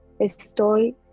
estoy